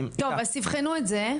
אוקי אז תבחנו את זה,